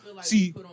See